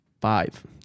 Five